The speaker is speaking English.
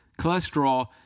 Cholesterol